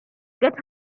get